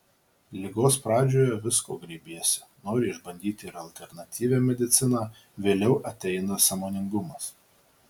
ligos pradžioje visko grėbiesi nori išbandyti ir alternatyvią mediciną vėliau ateina sąmoningumas